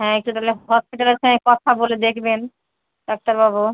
হ্যাঁ একটু তাহলে হসপিটালের সঙ্গে কথা বলে দেখবেন ডাক্তারবাবু